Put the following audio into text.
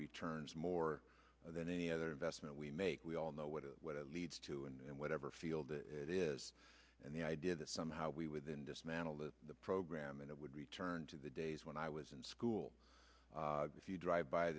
returns more than any other investment we make we all know what it leads to and whatever field it is and the idea that somehow we within dismantling the program and it would return to the days when i was in school if you drive by